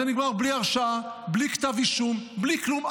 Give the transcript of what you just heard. זה נגמר בלי הרשעה, בלי כתב אישום, בלי כלום.